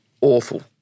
awful